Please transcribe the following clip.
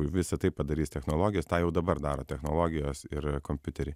visa tai padarys technologijos tą jau dabar daro technologijos ir kompiuteriai